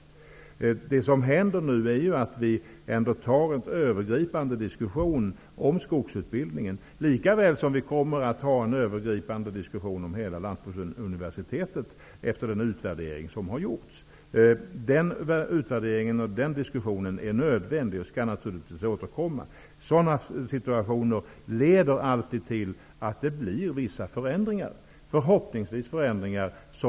Det som händer är att vi nu ändå tar en övergripande diskussion om skogsutbildningen, lika väl som vi efter den utvärdering som har gjorts kommer att föra en övergripande diskussion om hela Lantbruksuniversitetet. Den utvärderingen och den diskussionen är nödvändig och skall naturligtvis återkomma. Sådana situationer leder alltid till vissa förändringar, till det bättre förhoppningsvis.